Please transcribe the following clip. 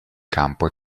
campo